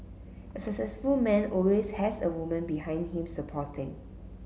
a successful man always has a woman behind him supporting